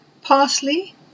Parsley